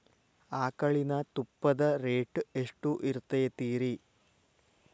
ಆಕಳಿನ ತುಪ್ಪದ ರೇಟ್ ಎಷ್ಟು ಇರತೇತಿ ರಿ?